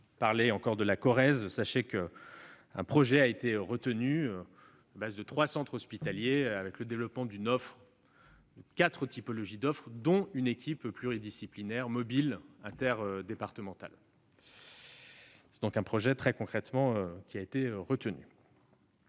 parler encore de la Corrèze, sachez qu'un projet a été retenu, fondé sur trois centres hospitaliers, avec le développement de quatre typologies d'offres, dont une équipe pluridisciplinaire mobile interdépartementale. C'est donc un projet très concret.